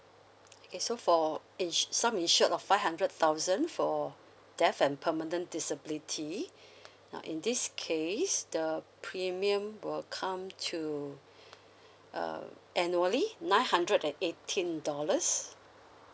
okay so for in~ sum insure of five hundred thousand for death and permanent disability now in this case the premium will come to uh annually nine hundred and eighteen dollars